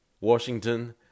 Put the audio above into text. Washington